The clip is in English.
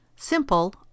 Simple